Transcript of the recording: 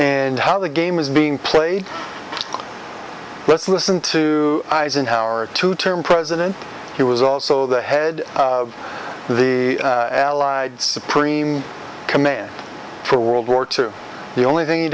and how the game is being played let's listen to eisenhower two term president he was also the head of the allied supreme command for world war two the only thing he